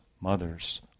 mother's